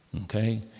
okay